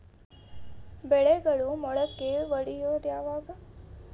ಬೆಳೆಗಳು ಮೊಳಕೆ ಒಡಿಯೋದ್ ಯಾವಾಗ್?